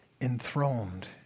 enthroned